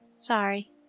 Sorry